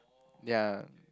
ya